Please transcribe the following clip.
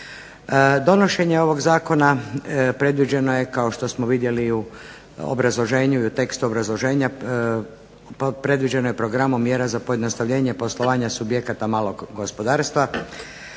Donošenje ovog zakona predviđeno je kao što smo vidjeli u obrazloženju i u tekstu obrazloženja predviđeno je programom mjera za pojednostavljenje poslovanja subjekata malog gospodarstva,